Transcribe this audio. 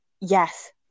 yes